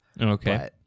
Okay